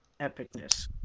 epicness